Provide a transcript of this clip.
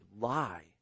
lie